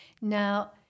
Now